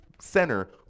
Center